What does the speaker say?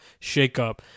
shakeup